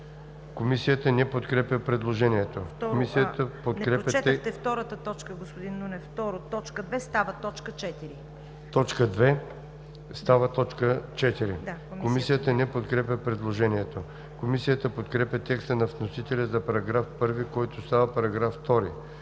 Комисията не подкрепя предложението. Комисията подкрепя текста на вносителя за § 1, който става § 2.